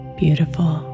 beautiful